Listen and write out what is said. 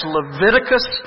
Leviticus